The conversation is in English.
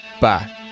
Bye